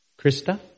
Krista